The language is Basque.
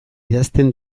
idazten